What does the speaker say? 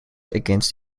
against